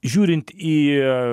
žiūrint į